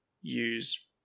use